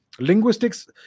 Linguistics